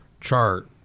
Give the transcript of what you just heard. chart